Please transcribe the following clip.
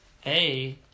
Hey